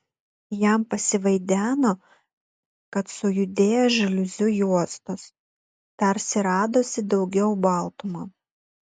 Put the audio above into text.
jam pasivaideno kad sujudėjo žaliuzių juostos tarsi radosi daugiau baltumo